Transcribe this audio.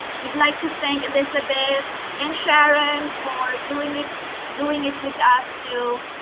we'd like to thank elizabeth and sharon for doing it doing it with us too.